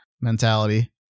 mentality